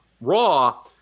Raw